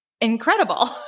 incredible